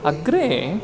अग्रे